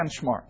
benchmark